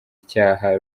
icyaha